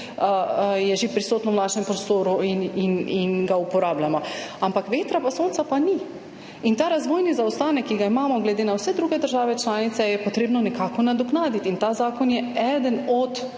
prisoten v našem prostoru in ga uporabljamo, ampak vetra in sonca pa ni. In ta razvojni zaostanek, ki ga imamo glede na vse druge države članice, je treba nekako nadoknaditi in ta zakon je eden od